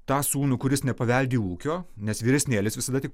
tą sūnų kuris nepaveldėjo ūkio nes vyresnėlis visada tik